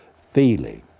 feeling